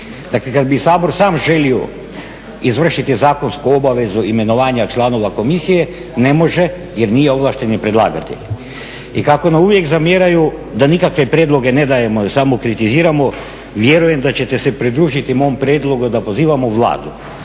Dakle, kad bi Sabor sam želio izvršiti zakonsku obavezu imenovanja članova komisije ne može jer nije ovlašteni predlagatelj. I kako nam uvijek zamjeraju da nikakve prijedloge ne dajemo, da samo kritiziramo, vjerujem da ćete se pridružiti mom prijedlogu da pozivamo Vladu